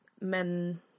men